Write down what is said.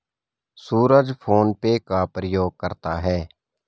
सूरज PhonePe का प्रयोग करता है